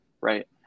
right